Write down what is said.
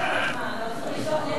מה לא צריך לשאול,